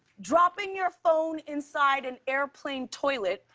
dropping your phone inside an airplane toilet,